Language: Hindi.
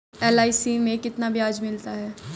एल.आई.सी में कितना ब्याज मिलता है?